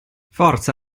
forza